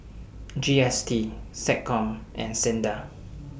G S T Seccom and SINDA